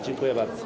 Dziękuję bardzo.